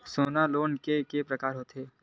सोना लोन के प्रकार के होथे?